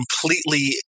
completely